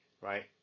right